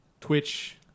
Twitch